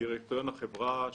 דירקטוריון החברה,